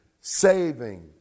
saving